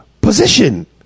position